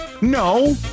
No